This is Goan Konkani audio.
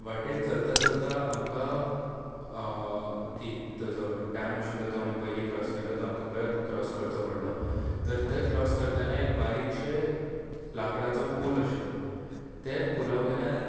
वाटेर चलता चलता आमकां तीत ताजो डेम आशिल्लो तो आमी पयलीं क्राॅस करचो पडलो तर ते क्राॅस करताना बारीकशे लाकडाचो पूल आशिल्लो ते पुलावयल्यान